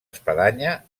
espadanya